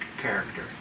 character